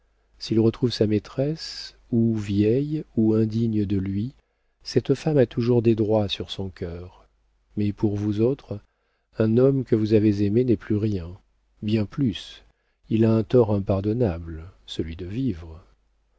s'il retrouve sa maîtresse ou vieille ou indigne de lui cette femme a toujours des droits sur son cœur mais pour vous autres un homme que vous avez aimé n'est plus rien bien plus il a un tort impardonnable celui de vivre